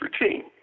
routine